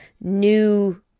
new